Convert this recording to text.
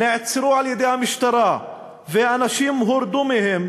נעצרו על-ידי המשטרה והאנשים הורדו מהם,